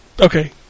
Okay